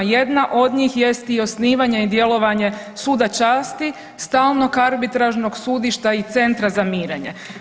Jedna od njih jest i osnivanje i djelovanje suda časti, stalnog arbitražnog sudišta i centra za mirenje.